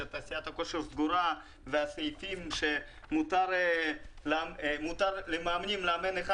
שתעשיית הכושר סגורה ושמותר למאמנים לאמן אחד